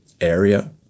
area